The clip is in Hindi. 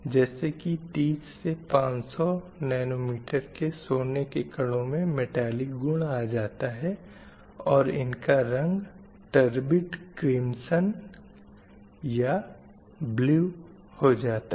जैसे की 30 से 500 nm के सोने के कणों में मटैलिक गुण आ जाता है और इनका रंग टर्बिड क्रिम्ज़ॉन या नीला हो जाता है